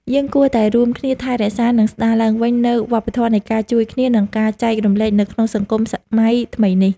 យើងគួរតែរួមគ្នាថែរក្សា និងស្ដារឡើងវិញនូវវប្បធម៌នៃការជួយគ្នា និងការចែករំលែកនៅក្នុងសង្គមសម័យថ្មីនេះ។